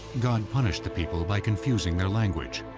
god punished the people by confusing their language.